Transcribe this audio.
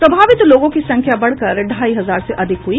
प्रभावित लोगों की संख्या बढ़कर ढ़ाई हजार से अधिक हुई